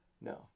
No